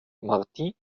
martin